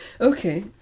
Okay